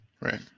Right